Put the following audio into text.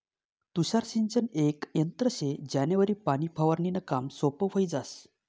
तुषार सिंचन येक यंत्र शे ज्यानावरी पाणी फवारनीनं काम सोपं व्हयी जास